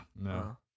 No